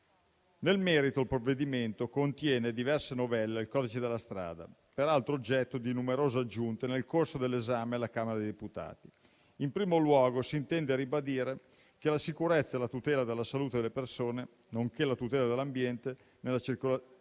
Nel merito, il provvedimento contiene diverse novelle al codice della strada, peraltro oggetto di numerose aggiunte nel corso dell'esame alla Camera dei deputati. In primo luogo, si intende ribadire che la sicurezza e la tutela della salute delle persone, nonché la tutela dell'ambiente nella circolazione